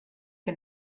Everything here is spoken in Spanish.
que